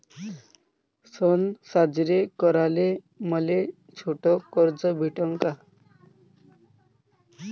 सन साजरे कराले मले छोट कर्ज भेटन का?